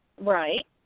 Right